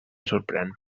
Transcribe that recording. sorprèn